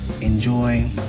Enjoy